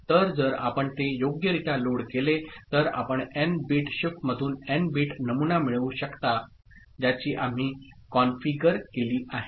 तर जर आपण ते योग्यरित्या लोड केले तर आपण एन बिट शिफ्टमधून एन बीट नमुना मिळवू शकता ज्याची आम्ही कॉन्फिगर केली आहे